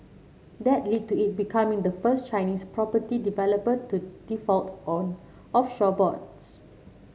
that lead to it becoming the first Chinese property developer to default on offshore bonds